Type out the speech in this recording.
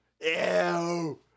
Ew